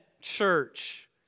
church